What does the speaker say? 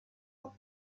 would